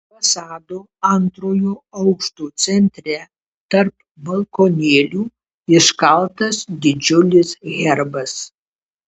fasado antrojo aukšto centre tarp balkonėlių iškaltas didžiulis herbas